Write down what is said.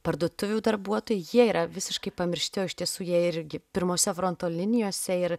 parduotuvių darbuotojai jie yra visiškai pamiršti o iš tiesų jie irgi pirmose fronto linijose ir